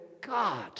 God